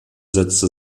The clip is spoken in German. setzte